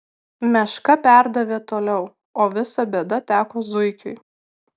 meška perdavė toliau o visa bėda teko zuikiui